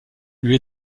lui